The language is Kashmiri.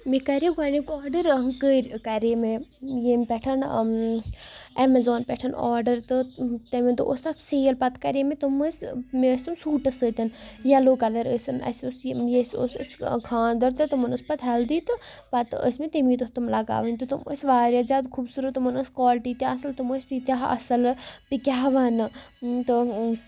مےٚ کَریو گۄڈنیُٚک آرڈر کٔرۍ کَرے مےٚ ییٚمہِ پٮ۪ٹھ ایٚمَزان پٮ۪ٹھ آرڈر تہٕ تَمی دۄہ اوس تَتھ سیل پَتہٕ کَرے مےٚ تِم ٲسۍ مےٚ ٲسۍ تِم سوٗٹَس سۭتۍ یَلو کَلَر ٲسۍ اَسہِ اوس یہِ یہِ اَسہِ اوس اَسہِ خاندَر تہٕ تِمَن ٲس پَتہٕ ہَلدی تہٕ پَتہٕ ٲسۍ مےٚ تمے دۄہ تِم لَگاوٕنۍ تہٕ تِم ٲسۍ واریاہ زیادٕ خوٗبصوٗرت تِمَن ٲسۍ کالٹی تہِ اَصٕل تِم ٲسۍ تیٖتیٛاہ اَصٕل بہٕ کیٛاہ وَنہٕ تہٕ